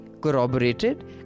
corroborated